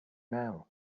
now